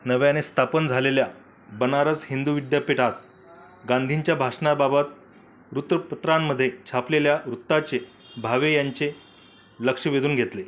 नव्याने स्थापन झालेल्या बनारस हिंदू विद्यापीठात गांधींच्या भाषणाबाबत वृत्तपत्रांमध्ये छापलेल्या वृत्ताचे भावे यांचे लक्ष वेधून घेतले